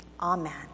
Amen